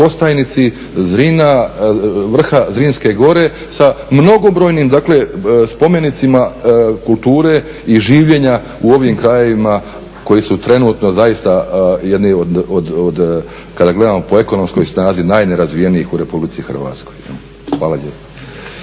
Kostajnici, Zrina, vrha Zrinske gore sa mnogobrojnim dakle spomenicima kulture i življenja u ovim krajevima koji su trenutno zaista jedni od, kada gledamo po ekonomskoj snazi, najnerazvijenijih u Republici Hrvatskoj. Hvala lijepo.